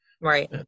Right